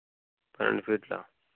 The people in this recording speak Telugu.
రెండు ఫీట్